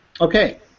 Okay